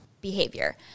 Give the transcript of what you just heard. behavior